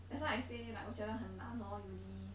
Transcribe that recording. that's why I say like 我觉得很难 lor uni